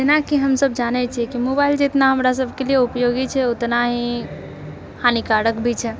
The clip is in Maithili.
जेना कि हमसब जानै छियै कि मोबाइल जितना हमरा सबके लिए उपयोगी छै उतना ही हानिकारक भी छै